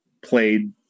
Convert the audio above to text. played